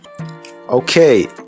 Okay